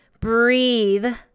breathe